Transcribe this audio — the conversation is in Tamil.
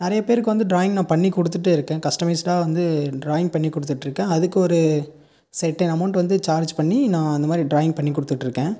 நிறைய பேருக்கு டிராயிங் நான் பண்ணி கொடுத்துட்டே இருக்கேன் கஸ்டமைஸ்டாக வந்து டிராயிங் பண்ணி கொடுத்துட்டுருக்கேன் அதுக்கு ஒரு செர்டெய்ன் அமௌண்டு வந்து சார்ஜ் பண்ணி நான் அந்தமாதிரி டிராயிங் பண்ணி கொடுத்துட்டுருக்கேன்